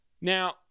Now